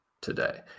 today